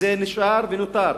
וזה נשאר ונותר.